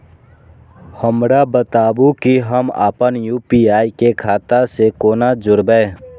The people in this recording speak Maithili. हमरा बताबु की हम आपन यू.पी.आई के खाता से कोना जोरबै?